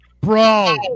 Bro